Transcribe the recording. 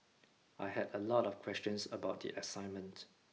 I had a lot of questions about the assignment